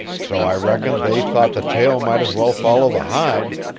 so i reckon they thought the tail might as well follow the hide,